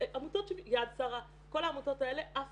יד שרה, בכל העמותות האלה אף